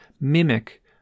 mimic